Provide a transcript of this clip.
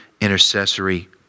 intercessory